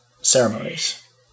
ceremonies